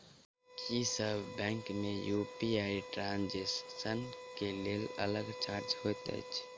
की सब बैंक मे UPI transaction केँ लेल अलग चार्ज होइत अछि?